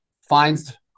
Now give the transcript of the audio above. finds